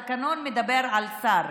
אבל התקנון מדבר על שר.